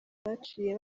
baciye